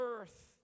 earth